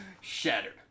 Shattered